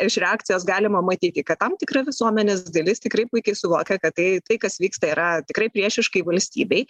iš reakcijos galima matyti kad tam tikra visuomenės dalis tikrai puikiai suvokia kad tai tai kas vyksta yra tikrai priešiškai valstybei